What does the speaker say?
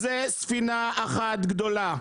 זו ספינה אחת גדולה.